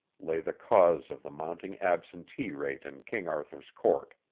lay the cause of the mounting absentee-rate in king arthur's court.